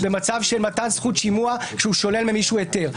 במצב של מתן זכות שימוע כשהוא שולל ממישהו היתר.